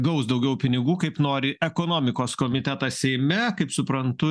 gaus daugiau pinigų kaip nori ekonomikos komitetas seime kaip suprantu